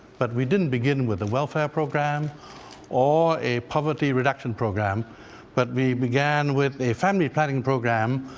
but we didn't begin with the welfare program or a poverty reduction program but we began with a family planning program,